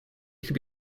could